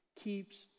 keeps